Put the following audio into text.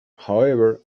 however